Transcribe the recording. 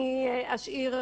אני רוצה